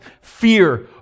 fear